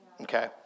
Okay